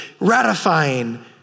ratifying